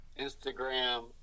Instagram